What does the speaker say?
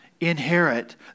inherit